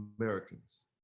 Americans